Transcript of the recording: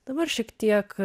dabar šiek tiek